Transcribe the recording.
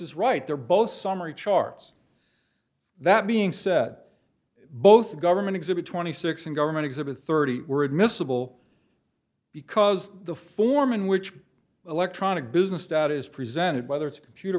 is right they're both summary charts that being said both government exhibit twenty six and government exhibit thirty were admissible because the form in which electronic business stat is presented whether it's a computer